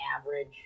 average